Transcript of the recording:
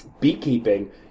beekeeping